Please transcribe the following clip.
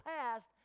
past